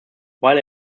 while